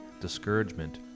discouragement